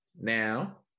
Now